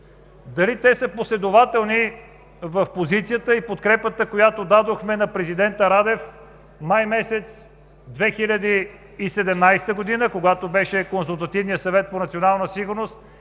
дали те са последователни в позицията и подкрепата, която дадохме на президента Радев през месец май 2017 г., когато се проведе Консултативният съвет по национална сигурност